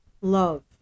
love